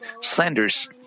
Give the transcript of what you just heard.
slanders